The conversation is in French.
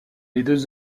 deux